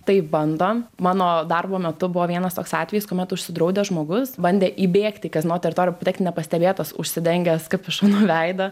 taip bando mano darbo metu buvo vienas toks atvejis kuomet užsidraudęs žmogus bandė įbėgti į kazino teritoriją patekti nepastebėtas užsidengęs kapišonu veidą